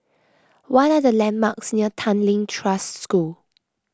what are the landmarks near Tanglin Trust School